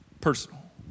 personal